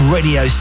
Radio